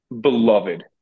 beloved